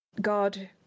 god